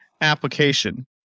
application